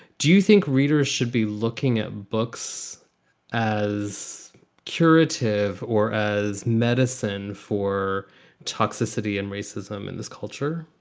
do you think readers should be looking at books as curative or as medicine for toxicity and racism in this culture?